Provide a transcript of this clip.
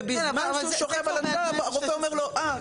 ובזמן שהוא שוכב על הגב הרופא אומר אה,